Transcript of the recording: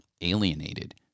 alienated